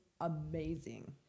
amazing